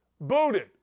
Booted